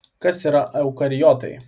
kas yra eukariotai